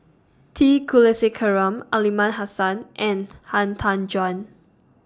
T Kulasekaram Aliman Hassan and Han Tan Juan